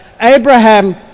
Abraham